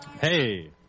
Hey